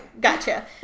Gotcha